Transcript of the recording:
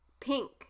pink